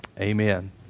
Amen